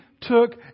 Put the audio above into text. took